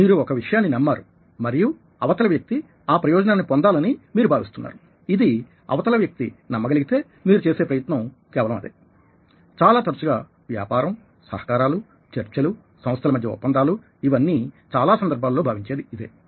మీరు ఒక విషయాన్ని నమ్మారు మరియు అవతల వ్యక్తి ఆ ప్రయోజనాన్ని పొందాలని మీరు భావిస్తున్నారు ఇది అవతల వ్యక్తి నమ్మ గలిగితే మీరు చేసే ప్రయత్నం కేవలం అదే చాలా తరచుగా వ్యాపారం సహకారాలు చర్చలు సంస్థల మధ్య ఒప్పందాలు ఇవన్నీ చాలా సందర్భాల్లో భావించేది ఇదే